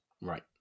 Right